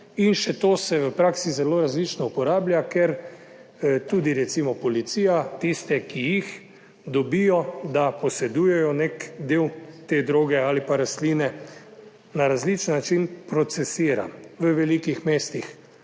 in še to se v praksi zelo različno uporablja, ker tudi recimo policija tiste, ki jih dobijo, da posredujejo nek del te droge ali pa rastline, na različen način procesira - v velikih mestih